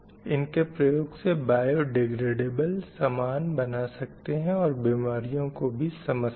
इनके प्रयोग से बायोडिग्रेडेबल समान बना सकते हैं और बीमारियों को भी समझ सकते हैं